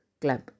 club